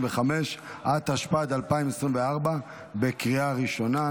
135), התשפ"ד 2024, לקריאה ראשונה.